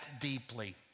deeply